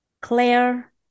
Claire